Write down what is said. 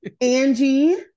Angie